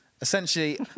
Essentially